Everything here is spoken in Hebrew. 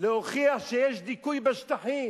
להוכיח שיש דיכוי בשטחים,